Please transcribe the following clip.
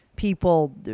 people